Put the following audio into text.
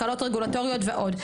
הקלות רגולטוריות ועוד.